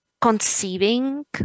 conceiving